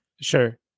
Sure